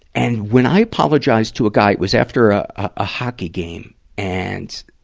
and when i apologized to a guy it was after a, a hockey game and,